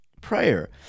prayer